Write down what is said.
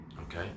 okay